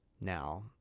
Now